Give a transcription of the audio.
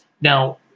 Now